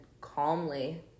calmly